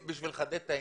בשביל לחדד את העניין.